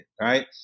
right